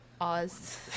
Oz